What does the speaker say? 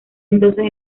entonces